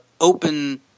open